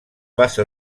bassa